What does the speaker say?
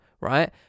right